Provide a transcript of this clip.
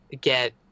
get